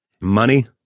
Money